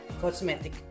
Cosmetic